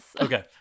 Okay